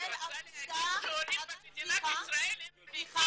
ישראל --- את רוצה להגיד שהעולים במדינת ישראל הם פליטים?